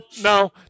no